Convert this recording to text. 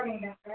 சரிங்க டாக்டர்